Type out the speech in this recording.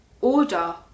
order